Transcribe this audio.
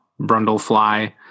Brundlefly